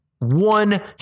one